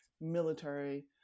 military